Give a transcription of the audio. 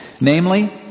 Namely